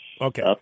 Okay